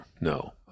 no